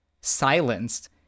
silenced